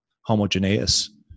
homogeneous